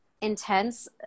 intense